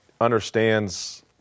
understands